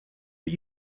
but